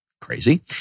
crazy